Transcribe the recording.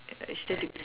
as I sure do